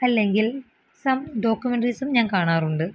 അല്ലെങ്കിൽ സം ഡോക്ക്മെൻട്രീസും ഞാൻ കാണാറുണ്ട്